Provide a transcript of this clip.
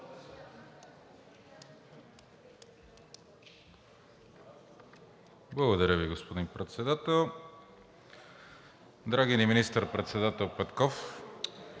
Благодаря Ви, господин Председател. Драги ни министър-председател Петков!